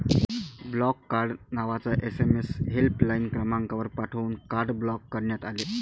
block card नावाचा SMS helpline क्रमांकावर पाठवून कार्ड ब्लॉक करण्यात आले